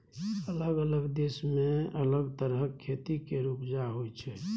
अलग अलग देश मे अलग तरहक खेती केर उपजा होइ छै